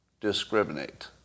discriminate